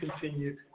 continue